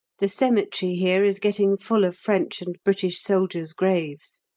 the cemetery here is getting full of french and british soldiers' graves.